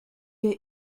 est